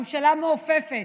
ממשלה מעופפת,